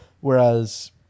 whereas